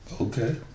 Okay